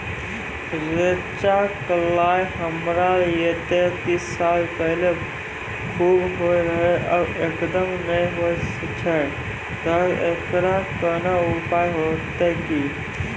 रेचा, कलाय हमरा येते तीस साल पहले खूब होय रहें, अब एकदम नैय होय छैय तऽ एकरऽ कोनो उपाय हेते कि?